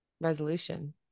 resolution